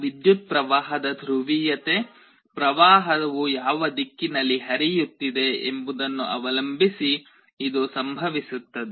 ವಿದ್ಯುತ್ ಪ್ರವಾಹದ ಧ್ರುವೀಯತೆ ಪ್ರವಾಹವು ಯಾವ ದಿಕ್ಕಿನಲ್ಲಿ ಹರಿಯುತ್ತಿದೆ ಎಂಬುದನ್ನು ಅವಲಂಬಿಸಿ ಇದು ಸಂಭವಿಸುತ್ತದೆ